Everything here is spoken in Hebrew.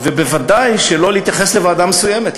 ובוודאי שלא להתייחס לוועדה מסוימת,